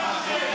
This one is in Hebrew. עלק.